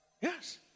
Yes